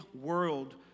world